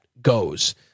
goes